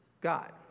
God